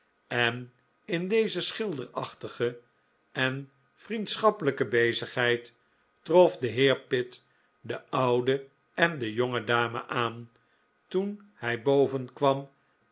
en in deze schilderachtige en vriendschappelijke bezigheid trof de heer pitt de oude en de jonge dame aan toen hij